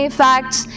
facts